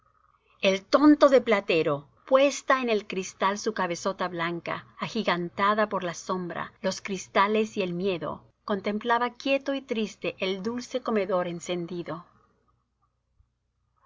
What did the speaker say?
el tonto de platero puesta en el cristal su cabezota blanca agigantada por la sombra los cristales y el miedo contemplaba quieto y triste el dulce comedor encendido